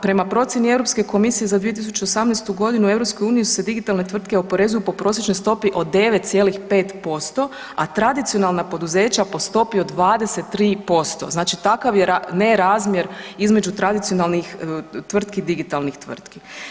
Prema procjeni Europske komisije za 2018.g. u EU se digitalne tvrtke oporezuju po prosječnoj stopi od 9,5%, a tradicionalna poduzeća po stopi od 23% znači takav je nerazmjer između tradicionalnih tvrtki i digitalnih tvrtki.